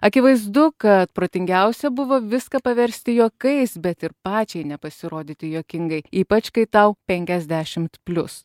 akivaizdu kad protingiausia buvo viską paversti juokais bet ir pačiai nepasirodyti juokingai ypač kai tau penkiasdešimt plius